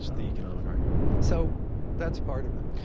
the economic argument. so that's part of it.